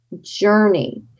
journey